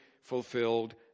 fulfilled